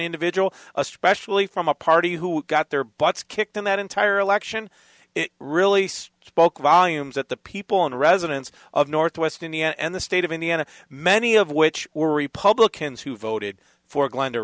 individual especially from a party who got their butts kicked in that entire election it really spoke volumes that the people and residents of northwest indiana and the state of indiana many of which were republicans who voted for glenda